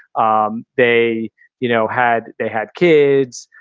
um they you know had they had kids,